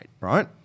right